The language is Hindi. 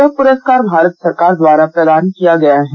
यह पुरस्कार भारत सरकार द्वारा प्रदान किया गया है